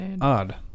odd